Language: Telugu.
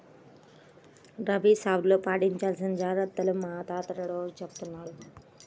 రబీ సాగులో పాటించాల్సిన జాగర్తలను మా తాత రోజూ చెబుతున్నారు